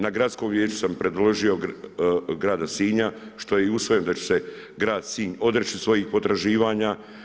Na gradskom vijeću sam predložio grada Sinja, što je i usvojeno, da će se grad Sinj odreći svojih potraživanja.